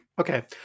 okay